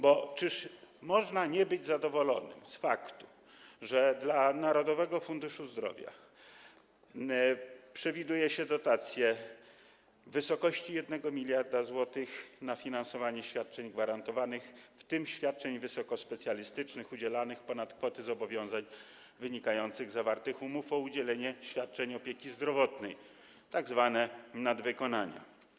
Bo czyż można być niezadowolonym z faktu, że dla Narodowego Funduszu Zdrowia przewiduje się dotację w wysokości 1 mld zł na finansowanie świadczeń gwarantowanych, w tym świadczeń wysokospecjalistycznych, udzielanych ponad kwoty zobowiązań wynikających z zawartych umów o udzielanie świadczeń opieki zdrowotnej, tzw. nadwykonań?